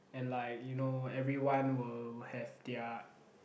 and like you know everyone will have their